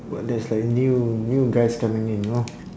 but there's like new new guys coming in know